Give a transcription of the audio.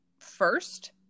first